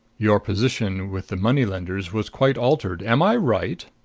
your position with the money-lenders was quite altered. am i right?